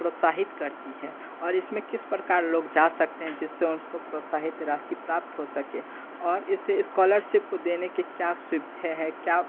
प्रोत्साहित करती है और इसमें किस प्रकार लोग जा सकते हैं जिससे उनको प्रोत्साहित राशि प्राप्त हो सके और इस स्कॉलरसिप को देने के क्या सुविधा है क्या